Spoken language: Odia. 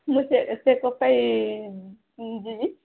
ମୁଁ ଶେଷକ ପାଇଁ ଯିବି